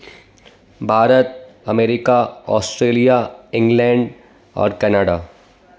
Bharat America Australia England और Canada